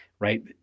right